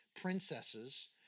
princesses